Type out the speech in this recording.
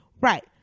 Right